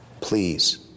Please